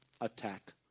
attack